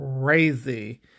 crazy